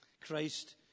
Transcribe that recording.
Christ